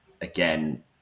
again